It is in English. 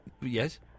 Yes